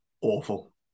awful